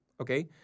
Okay